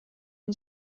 und